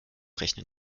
rechnen